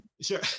Sure